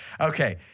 Okay